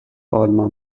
آلمان